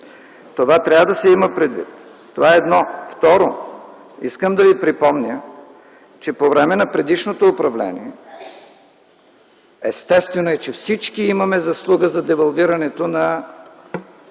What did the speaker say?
Това трябва да се има предвид. Това е едно. Второ, искам да Ви припомня, че по време на предишното управление – естествено е, че всички имаме заслуга за девалвирането на